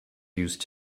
used